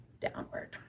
downward